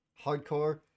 hardcore